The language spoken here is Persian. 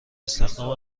استخدام